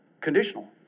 conditional